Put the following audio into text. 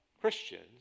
Christians